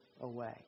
away